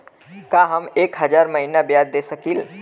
का हम एक हज़ार महीना ब्याज दे सकील?